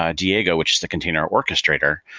ah diego which is the container orchestrator,